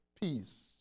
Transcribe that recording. peace